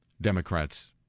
Democrats